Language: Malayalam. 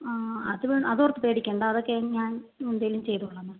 അത് അത് ഓർത്ത് പേടിക്കേണ്ട അതൊക്കെ ഞാൻ എന്തേലും ചെയ്തോളാം മേം